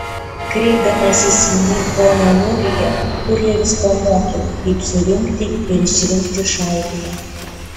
kreipdamasis į jį pone ūrija kurjeris pamokė kaip surinkti ir išrinkti šautuvą